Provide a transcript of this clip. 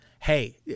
hey